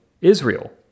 Israel